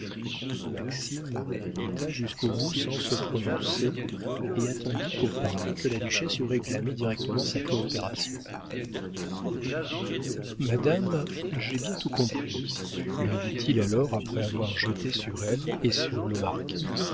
maxime écouta jusqu'au bout sans se prononcer et attendit pour parler que la duchesse eût réclamé directement sa coopération madame j'ai bien tout compris lui dit-il alors après avoir jeté sur elle et sur le marquis